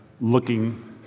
looking